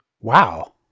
Wow